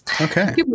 Okay